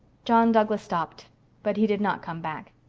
john douglas stopped but he did not come back.